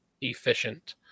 efficient